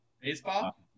Baseball